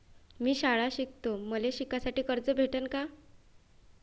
मी शाळा शिकतो, मले शिकासाठी कर्ज भेटन का?